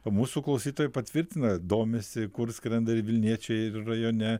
o mūsų klausytojai patvirtina domisi kur skrenda ir vilniečiai ir rajone